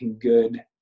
good